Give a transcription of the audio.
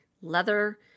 leather